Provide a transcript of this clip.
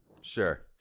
Sure